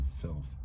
filth